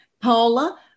Paula